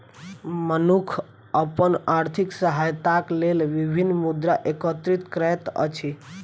मनुख अपन आर्थिक सहायताक लेल विभिन्न मुद्रा एकत्रित करैत अछि